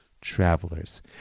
travelers